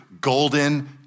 golden